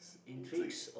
intrigue